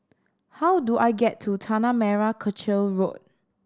how do I get to Tanah Merah Kechil Road